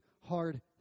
hard